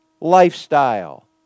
lifestyle